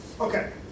Okay